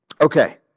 Okay